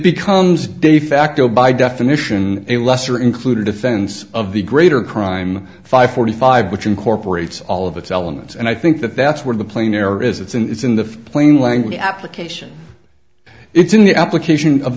becomes de facto by definition a lesser included offense of the greater crime five forty five which incorporates all of its elements and i think that that's where the plane error is it's in it's in the plain language application it's in the application of